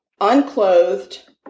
unclothed